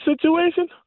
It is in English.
situation